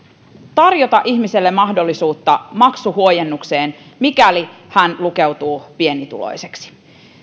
tarjota ihmiselle mahdollisuutta maksuhuojennukseen mikäli hän lukeutuu pienituloiseksi ehkä